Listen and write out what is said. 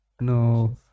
No